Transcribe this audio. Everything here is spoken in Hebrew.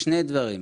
שני דברים.